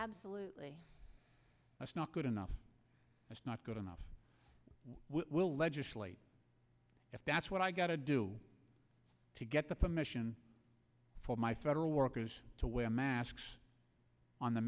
absolutely that's not good enough that's not good enough we'll legislate if that's what i gotta do to get the permission for my federal workers to wear masks on the